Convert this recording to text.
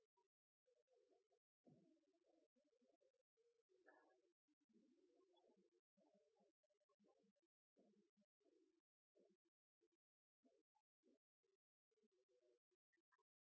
Der har